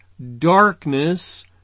darkness